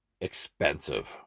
expensive